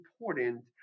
important